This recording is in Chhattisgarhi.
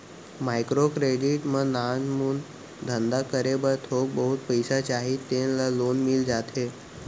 माइक्रो क्रेडिट म नानमुन धंधा करे बर थोक बहुत पइसा चाही तेन ल लोन मिल जाथे